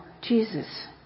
Jesus